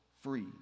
free